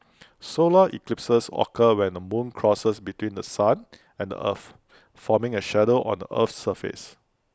solar eclipses occur when the moon crosses between The Sun and the earth forming A shadow on A Earth's surface